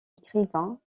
écrivain